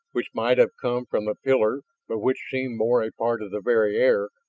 which might have come from the pillar but which seemed more a part of the very air,